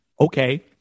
Okay